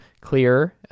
clearer